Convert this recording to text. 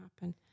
happen